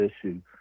issue